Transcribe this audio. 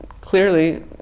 clearly